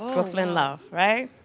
brooklyn love, right?